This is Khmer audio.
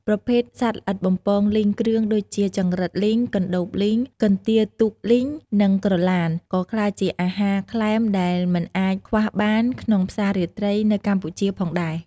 ប្រភេទសត្វល្អិតបំពងលីងគ្រឿងដូចជា ចង្រិតលីង កន្ដូបលីង កន្ទាទូកលីង និងក្រឡាន ក៏ក្លាយជាអាហារក្លែមដែលមិនអាចខ្វះបានក្នុងផ្សាររាត្រីនៅកម្ពុជាផងដែរ។